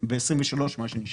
וב-2023 את מה שנשאר.